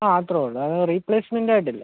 ആ അത്രേ ഉള്ളൂ അത് റീപ്ലേസ്മെൻറ്റ് ആയിട്ട് ഇല്ല